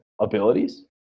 abilities